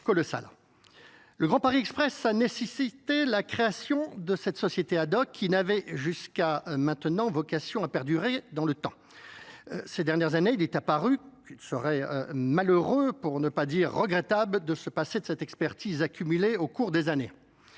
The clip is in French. Le grand Paris Express a nécessité la création de cette société ad hoc qui n'avait jusqu'à maintenant vocation à perdurer dans le temps ces dernières années. Il est apparu qu'il serait malheureux pour ne pas dire regrettable de se passer de cette expertise accumulée au cours des années